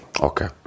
Okay